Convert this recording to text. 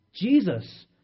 Jesus